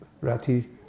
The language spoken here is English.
rati